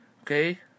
Okay